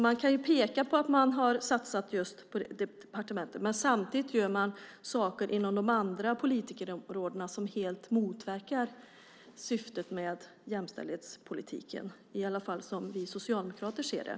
Man kan ju peka på att man har satsat just på departementet, men samtidigt gör man saker inom de andra politikområdena som helt motverkar syftet med jämställdhetspolitiken, i alla fall som vi socialdemokrater ser det.